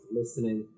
listening